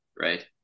Right